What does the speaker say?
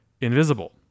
invisible